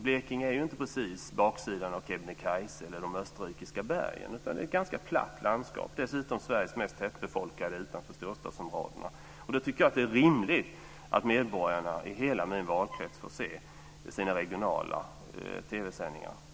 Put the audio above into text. Blekinge är inte precis baksidan av Kebnekaise eller de österrikiska bergen, utan det är ett ganska platt landskap. Dessutom är det Sveriges mest tätbefolkade utanför storstadsområdena. Då tycker jag att det är rimligt att medborgarna i hela min valkrets får se sina regionala TV-sändningar.